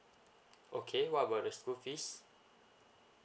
okay what about the school fees